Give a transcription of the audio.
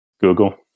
Google